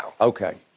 Okay